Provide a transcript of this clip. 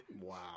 wow